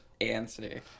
answer